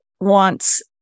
wants